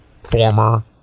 former